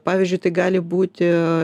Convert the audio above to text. pavyzdžiui tai gali būti